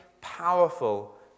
powerful